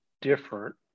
Different